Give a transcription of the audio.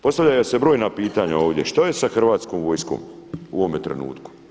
Postavljaju se brojna pitanja ovdje, što je sa hrvatskom vojskom u ovome trenutku?